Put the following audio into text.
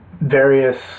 various